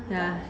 ya